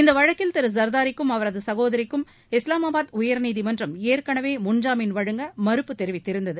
இந்த வழக்கில் திரு ஜர்தாரிக்கும் அவரது சகோதரிக்கும் இஸ்லாமாபாத் உயர்நீதிமன்றம் ஏற்கனவே முன்ஜாமீன் வழங்க மறுப்பு தெரிவித்திருந்தது